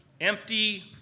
empty